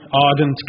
ardent